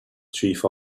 chief